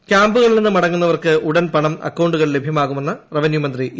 ക്യാമ്പുകളിൽ ണ്ണിന്റ് മടങ്ങുന്നവർക്കു ഉടൻ പണം അക്കൌണ്ടുകളിൽ ലഭ്യമാകുമെന്ന് റവന്യൂമന്ത്രി ഇ